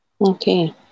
Okay